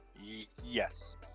yes